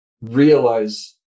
realize